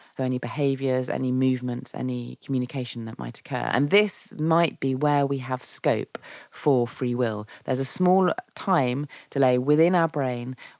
so any behaviours, any movements, any communication that might occur. and this might be where we have scope for free will. there is a small time delay within our brain,